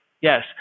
Yes